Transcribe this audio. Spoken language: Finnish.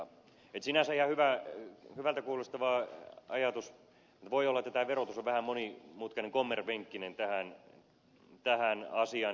että sinänsä ihan hyvältä kuulostava ajatus mutta voi olla että tämä verotus on vähän monimutkainen kommervenkkinen tähän asiaan